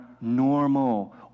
normal